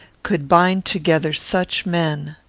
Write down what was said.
could bind together such men?